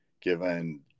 given